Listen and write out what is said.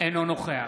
אינו נוכח